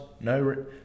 no